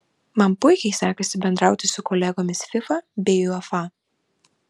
man puikiai sekasi bendrauti su kolegomis fifa bei uefa